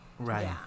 Right